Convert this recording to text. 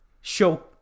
show